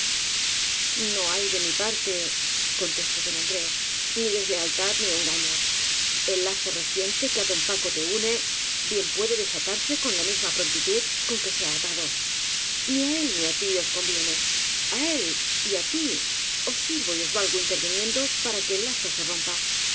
o hay de mi parte contestó don andrés ni deslealtad ni engaño el lazo reciente que á don paco te une bien puede desatarse con la misma prontitud con que se ha atado ni á él ni á tí os conviene á él y á tí os sirvo y os valgo intervinien do para que el lazo se rompa